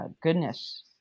goodness